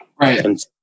Right